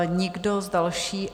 Nikdo další...